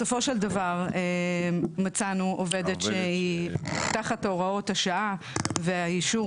בסופו של דבר מצאנו עובדת שתחת הוראות השעה והאישור